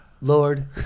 Lord